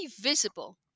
visible